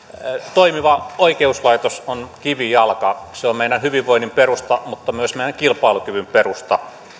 toimiva oikeuslaitos on kivijalka se on meidän hyvinvoinnin perusta mutta myös meidän kilpailukyvyn perusta